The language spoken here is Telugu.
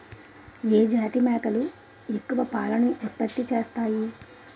ఏ జాతి మేకలు ఎక్కువ పాలను ఉత్పత్తి చేస్తాయి?